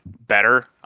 better